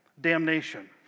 damnation